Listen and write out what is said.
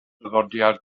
traddodiad